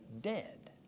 dead